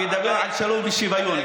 וידבר על שלום ושוויון,